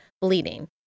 bleeding